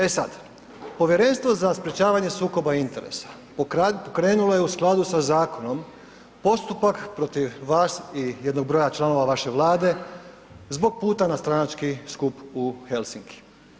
E sad, Povjerenstvo za sprječavanje sukoba interesa pokrenulo je u skladu sa zakonom postupak vas i jednog broja članova vaše Vlade zbog puta na stranački skup u Helsinki.